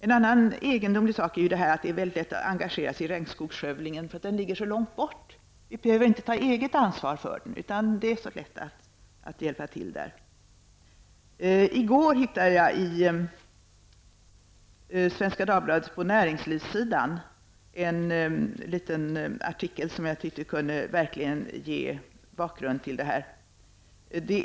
En annan egendomlig sak är att det är mycket lätt att engagera sig när det gäller regnskogsskövlingen därför att dessa områden ligger så långt bort. Vi behöver inte ta ansvar för denna skövling, och det är så lätt att hjälpa till i det här fallet. I går hittade jag i Svenska Dagbladet, på en näringslivssida, en liten artikel som jag tyckte kunde ge bakgrund till den här frågan.